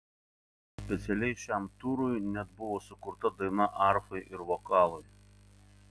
specialiai šiam turui net buvo sukurta daina arfai ir vokalui